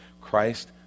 Christ